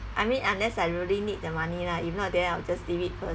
I mean unless I really need the money lah if not then I'll just leave it first